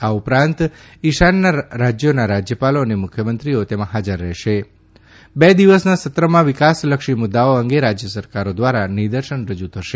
આ ઉપરાંત ઇશાનના રાજ્યોના રાજ્યપાલો અને મુખ્યમંત્રીઓ તેમાં હાજર રહેશે બે દિવસના સત્રમાં વિકાસલક્ષી મુદ્દાઓ અંગે રાજ્ય સરકારો દ્વારા નિદર્શન રજુ થશે